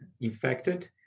infected